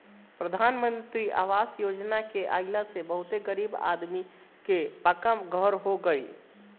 प्रधान मंत्री आवास योजना के आइला से बहुते गरीब आदमी कअ पक्का घर हो गइल